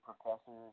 professors